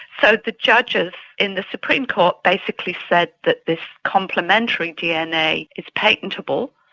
the the judges in the supreme court basically said that this complementary dna is patentable,